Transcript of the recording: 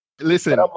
Listen